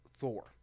Thor